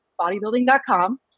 bodybuilding.com